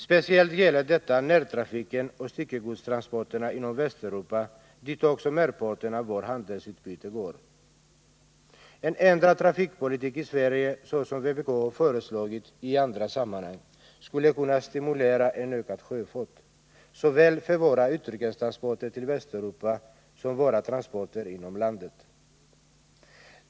Speciellt gäller detta närtrafiken och styckegodstransporterna inom Västeuropa, dit också merparten av vårt handelsutbyte går. En ändrad trafikpolitik i Sverige, såsom vpk har föreslagit i andra sammanhang, skulle kunna stimulera en ökad sjöfart såväl för våra utrikestransporter till Västeuropa som för våra transporter inom landet.